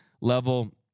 level